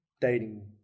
dating